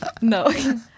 No